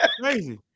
Crazy